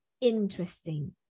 interesting